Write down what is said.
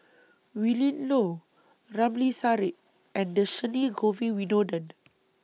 Willin Low Ramli Sarip and Dhershini Govin Winodan